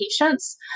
patients